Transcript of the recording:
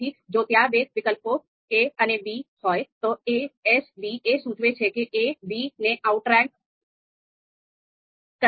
તેથી જો ત્યાં બે વિકલ્પો a અને b હોય તો a S b એ સૂચવે છે કે a b ને આઉટ રેંક કરે છે